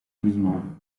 mismo